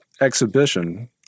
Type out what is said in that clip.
exhibition